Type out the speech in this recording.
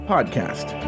podcast